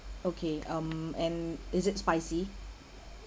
okay um and is it spicy